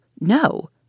no